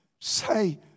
say